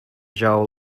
joel